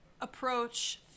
approach